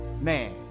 Man